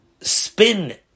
spin